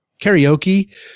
karaoke